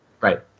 Right